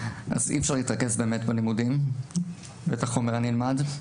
אז אי אפשר להתרכז בלימודים ובחומר הנלמד.